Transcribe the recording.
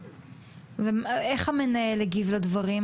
איך המנהל הגיב לדברים?